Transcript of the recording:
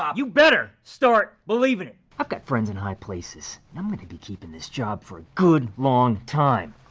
um you better start believing it. i've got friends in high places and i'm gonna be keeping this job for a good long time.